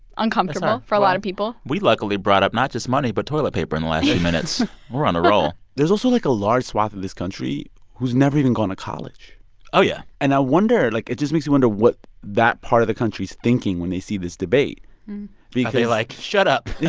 uncomfortable. for a lot of people we luckily brought up not just money but toilet paper in the last eight minutes we're on a roll there's also, like, a large swath of this country who's never even gone to college oh, yeah and i wonder like, it just makes you wonder what that part of the country's thinking when they see this debate because. are they, like, shut up?